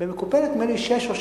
כמה יש ב"מקופלת"?